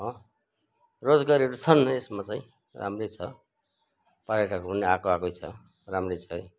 हो रोजगारीहरू छन् यसमा चाहिँ राम्रै छ पर्यटकहरू पनि आएको आएकै छ राम्रै छ है